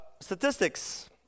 Statistics